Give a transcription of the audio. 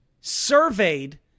Surveyed